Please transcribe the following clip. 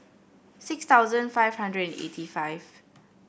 six thousand five hundred and eighty five